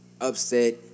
upset